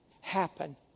happen